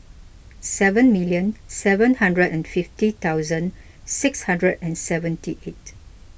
seven million seven hundred and fifty thousand six hundred and seventy eight